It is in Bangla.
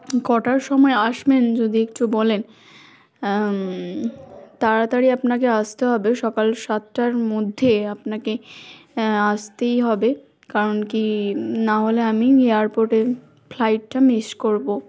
কটার সময় আসবেন যদি একটু বলেন তাড়াতাড়ি আপনাকে আসতে হবে সকাল সাতটার মধ্যে আপনাকে আসতেই হবে কারণ কি নাহলে আমি এয়ারপোর্টে ফ্লাইটটা মিস করবো